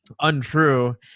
untrue